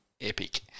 epic